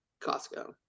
costco